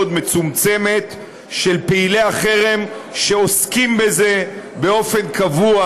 מצומצמת של פעילי החרם שעוסקים בזה באופן קבוע,